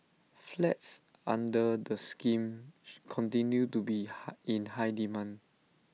flats under the scheme continue to be high in high demand